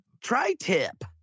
tri-tip